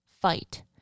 fight